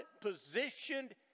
positioned